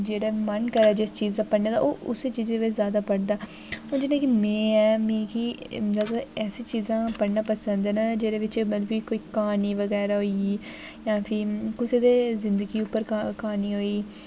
जेह्ड़ा मन करै जिस चीज़ दा पढ़ने दा ओह् उसी चीज़ै बिच जादा पढ़दा हून जि'यां कि में आं मिगी मतलब ऐसियां चीज़ां पढ़ना पसंद न जेह्दे बिच मतलब कि कोई क्हानी बगैरा होई जां फ्ही कुसै दे जिंदगी दे उप्पर क्हानी होई